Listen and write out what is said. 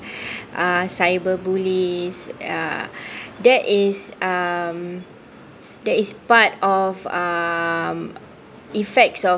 uh cyber bullies ya that is um that is part of um effects of